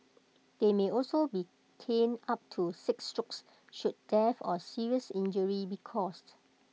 they may also be caned up to six strokes should death or serious injury be caused